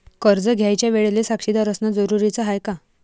कर्ज घ्यायच्या वेळेले साक्षीदार असनं जरुरीच हाय का?